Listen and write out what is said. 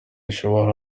zishoboka